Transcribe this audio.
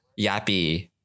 Yappy